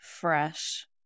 fresh